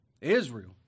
Israel